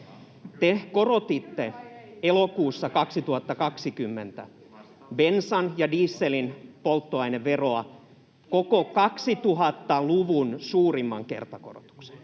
Te korotitte elokuussa 2020 bensan ja dieselin polttoaineveroa koko 2000-luvun suurimman kertakorotuksen.